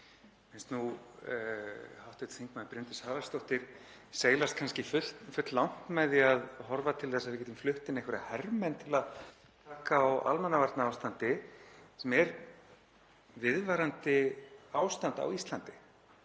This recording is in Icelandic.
finnst nú hv. þm. Bryndís Haraldsdóttir seilast kannski fulllangt með því að horfa til þess að við getum flutt inn einhverja hermenn til að taka á almannavarnaástandi, sem er viðvarandi ástand á Íslandi.